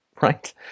right